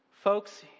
Folks